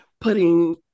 putting